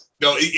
No